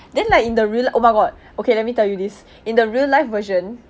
then like in the real li~ oh my god okay let me tell you this in the real life version